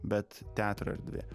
bet teatro erdvė